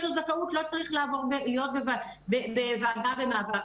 לו זכאות לא צריך להיות בוועדה ובמעבר.